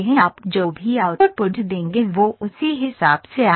आप जो भी आउटपुट देंगे वो उसी हिसाब से आएगा